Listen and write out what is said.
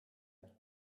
and